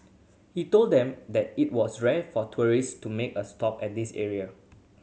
he told them that it was rare for tourist to make a stop at this area